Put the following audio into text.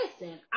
listen